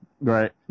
Right